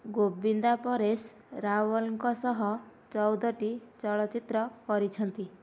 ଗୋବିନ୍ଦା ପରେଶ ରାୱଲଙ୍କ ସହ ଚଉଦ ଟି ଚଳଚ୍ଚିତ୍ର କରିଛନ୍ତି